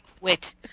quit